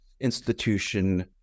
institution